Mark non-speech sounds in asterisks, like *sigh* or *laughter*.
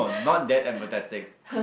*laughs*